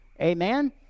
Amen